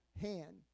hand